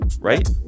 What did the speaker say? right